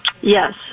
Yes